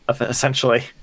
essentially